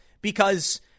because-